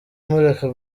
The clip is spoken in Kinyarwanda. mureka